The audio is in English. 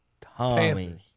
Tommy